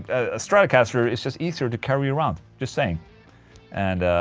a stratocaster is just easier to carry around, just saying and.